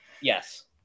Yes